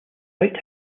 white